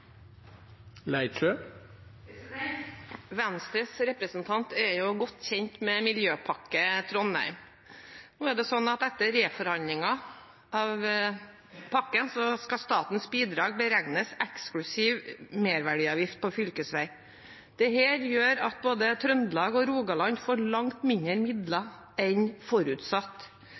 Venstres representant er jo godt kjent med Miljøpakke Trondheim. Etter reforhandlinger av pakken skal statens bidrag beregnes eksklusiv merverdiavgift på fylkesvei. Det gjør at både Trøndelag og Rogaland får langt færre midler enn forutsatt.